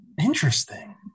Interesting